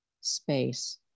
space